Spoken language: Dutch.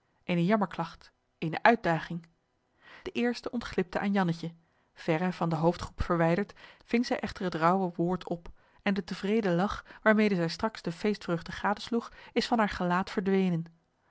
eene jammerklagt eene uitdaging de eerste ontglipte aan jannetje verre van de hoofdgroep verwijderd ving zij echter het raauwe woord op en de tevreden lach waarmede zij straks de feestvreugde gadesloeg is van haar gelaat verdwenen